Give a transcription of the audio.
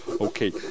Okay